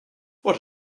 what